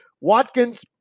Watkins –